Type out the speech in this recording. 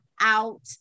out